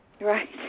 Right